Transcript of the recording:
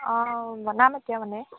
অঁ বনাম এতিয়া মানে